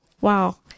Wow